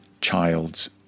child's